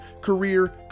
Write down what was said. career